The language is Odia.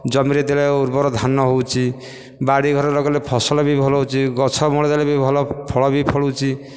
ଜମିରେ ଦେଲେ ଉର୍ବର ଧାନ ହେଉଛି ବାଡ଼ି ଘରେ ଲଗାଇଲେ ଫସଲ ବି ଭଲ ହେଉଛି ଗଛ ମୂଳେ ଦେଲେ ବି ଭଲ ଫଳ ବି ଫଳୁଛି